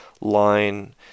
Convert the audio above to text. line